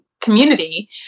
community